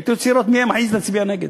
הייתי רוצה לראות מי היה מעז להצביע נגד.